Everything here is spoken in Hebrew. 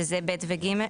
שזה (ב) ו-(ג)?